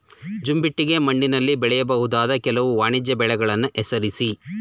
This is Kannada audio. ಜಂಬಿಟ್ಟಿಗೆ ಮಣ್ಣಿನಲ್ಲಿ ಬೆಳೆಯಬಹುದಾದ ಕೆಲವು ವಾಣಿಜ್ಯ ಬೆಳೆಗಳನ್ನು ಹೆಸರಿಸಿ?